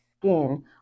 skin